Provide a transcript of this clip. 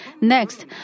Next